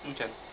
mm can